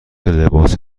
لباس